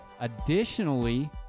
Additionally